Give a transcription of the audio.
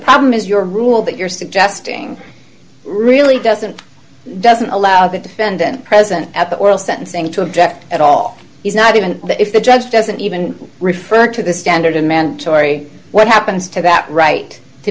problem is your rule that you're suggesting really doesn't doesn't allow the defendant present at the world sentencing to object at all he's not even if the judge doesn't even refer to the standard a mandatory what happens to that right to